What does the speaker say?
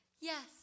Yes